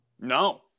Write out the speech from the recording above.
No